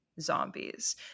zombies